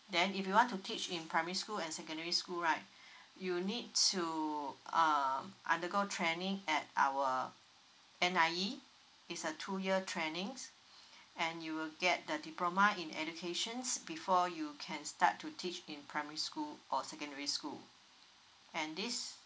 then if you want to teach in primary school and secondary school right you'll need to um undergo training at our N_I_E it's a two year trainings and you will get the diploma in educations before you can start to teach in primary school or secondary school and this